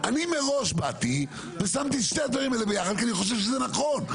אני מראש באתי ושמתי את שני הדברים האלה ביחד כי אני חושב שזה נכון,